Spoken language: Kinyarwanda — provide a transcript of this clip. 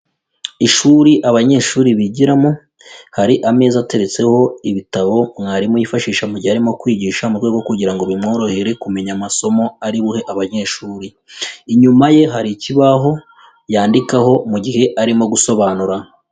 Ishuri abanyeshuri bigiramo, hari ameza ateretseho ibitabo mwarimu yifashisha mu mu gihe arimo kwigisha mu rwego kugira ngo bimworohere kumenya amasomo ari buhe abanyeshuri, inyuma ye hari ikibaho yandikaho mu gihe arimo gusobanura.